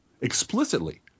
explicitly